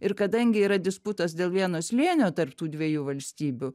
ir kadangi yra disputas dėl vieno slėnio tarp tų dviejų valstybių